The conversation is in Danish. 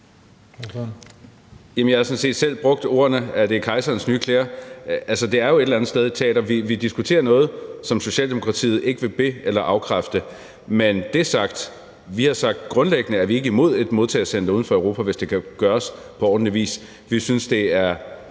set selv brugt ordene, at det er kejserens nye klæder, for det er jo et eller andet sted et teater. Vi diskuterer noget, som Socialdemokratiet ikke vil be- eller afkræfte, men når det er sagt, har vi sagt, at vi grundlæggende ikke er imod et modtagecenter uden for Europa, hvis det kan gøres på ordentlig vis. Vi synes, det er